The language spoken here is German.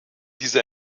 diese